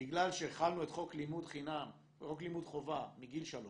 בגלל שהחלנו את חוק לימוד חובה מגיל 3,